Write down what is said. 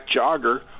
jogger